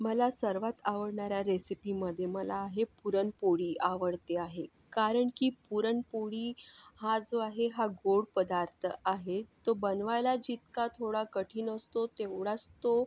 मला सर्वात आवडणाऱ्या रेसिपीमध्ये मला हे पुरणपोळी आवडते आहे कारण की पुरणपोळी हा जो आहे हा गोड पदार्थ आहे तो बनवायला जितका थोडा कठीण असतो तेवढाच तो